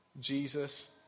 Jesus